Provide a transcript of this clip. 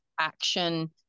action